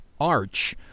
arch